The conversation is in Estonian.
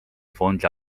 fondi